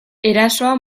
erasoa